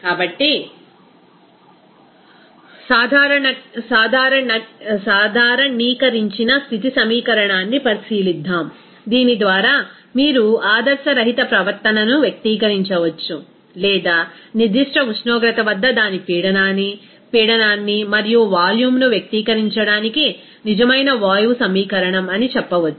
refer slide టైం1003 కాబట్టి సాధారణీకరించిన స్థితి సమీకరణాన్ని పరిశీలిద్దాం దీని ద్వారా మీరు ఆదర్శరహిత ప్రవర్తనను వ్యక్తీకరించవచ్చు లేదా నిర్దిష్ట ఉష్ణోగ్రత వద్ద దాని పీడనాన్ని మరియు వాల్యూమ్ను వ్యక్తీకరించడానికి నిజమైన వాయువు సమీకరణం అని చెప్పవచ్చు